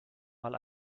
mal